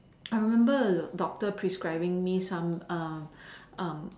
I remember the doctor prescribing me some